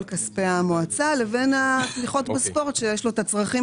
כספי המועצה לבין התמיכות בספורט שיש לו את הצרכים